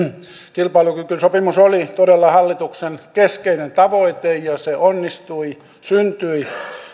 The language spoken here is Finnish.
kilpailukykysopimus oli todella hallituksen keskeinen tavoite ja se onnistui syntyi